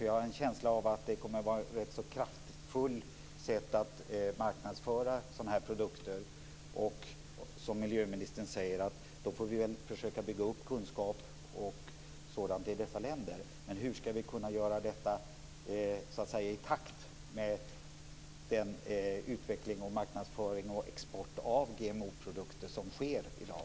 Jag har en känsla av att sättet att marknadsföra sådana här produkter kommer att vara rätt kraftfullt. Miljöministern säger att vi då får försöka bygga upp kunskap och sådant i dessa länder. Men hur ska vi kunna göra detta i takt med den utveckling och marknadsföring av export av GMO-produkter som sker i dag?